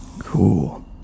Cool